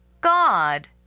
God